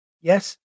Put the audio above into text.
Yes